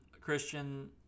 Christian